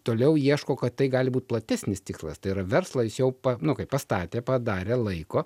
toliau ieško kad tai gali būt platesnis tikslas tai yra verslą jis jau pa nu kaip pastatė padarė laiko